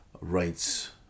rights